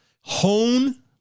hone